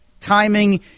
timing